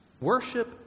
worship